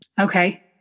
okay